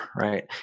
right